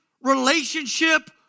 relationship